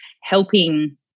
helping